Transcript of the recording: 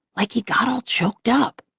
like he got all choked up.